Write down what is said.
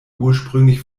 ursprünglich